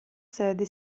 sede